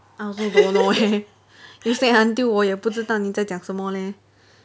I also don't know eh you say until 我也不知道你在讲什么 leh